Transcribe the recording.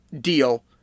deal